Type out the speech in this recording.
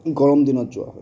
গৰম দিনত যোৱা হয়